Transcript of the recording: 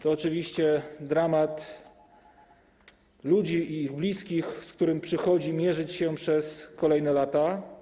To oczywiście dramat ludzi i ich bliskich, z którym przychodzi mierzyć się przez kolejne lata.